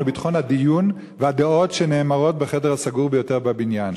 ביטחון הדיון והדעות שנאמרות בחדר הסגור ביותר בבניין,